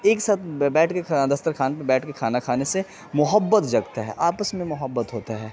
ایک ساتھ بیٹھ کے دسترخوان پہ بیٹھ کے کھانا کھانے سے محبت جگتا ہے آپس میں محبت ہوتا ہے